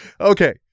Okay